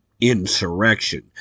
insurrection